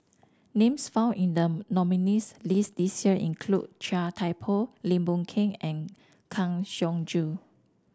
names found in the nominees' list this year include Chia Thye Poh Lim Boon Keng and Kang Siong Joo